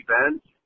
events